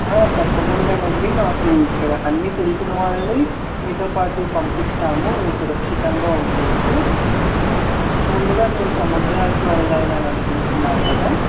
తప్పకుండానండి మాకు ఇక్కడ అన్నీ తెలిసిన వాళ్ళని మీతో పాటు పంపిస్తాము మీరు సురక్షితంగా ఉండవచ్చు ముందుగా మీరు సముద్రాలుకు వెళ్ళాలని అనుకుంటున్నారు కదా